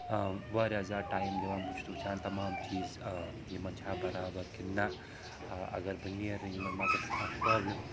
آ واریاہ زیادٕ ٹایِم دِوان بہٕ چھُس وُچھان تَمام چیٖز آ یِمَن چھا برابر کِنہٕ نہَ آ اگر بہٕ نیرٕ یِمن ما گژھِ کانٛہہ پرٛابلِم